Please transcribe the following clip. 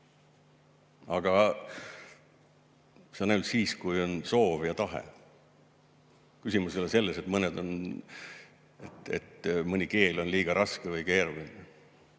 Aga see on ainult siis, kui on soov ja tahe. Küsimus ei ole selles, et mõni keel on liiga raske või keeruline.